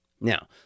Now